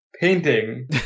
painting